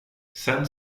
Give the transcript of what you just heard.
sen